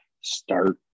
start